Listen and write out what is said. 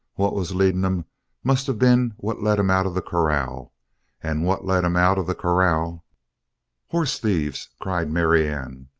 what was leading em must of been what let em out of the corral and what let em out of the corral horse thieves! cried marianne,